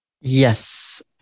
Yes